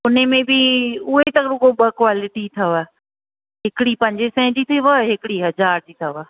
हुन में बि उहे त रुॻो ॿ क्वॉलिटी अथव हिकिड़ी पंजे सै जी अथव हिकिड़ी हज़ार जी अथव